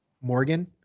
Morgan